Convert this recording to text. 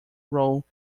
role